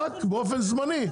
רק באופן זמני,